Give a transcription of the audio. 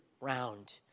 round